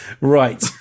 Right